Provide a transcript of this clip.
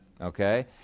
okay